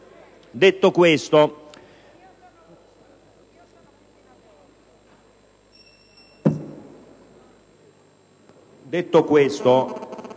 Detto questo,